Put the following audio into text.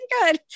good